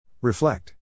Reflect